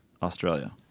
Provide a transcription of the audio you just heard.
Australia